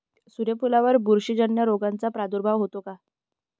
सूर्यफुलावर बुरशीजन्य रोगाचा प्रादुर्भाव होतो का?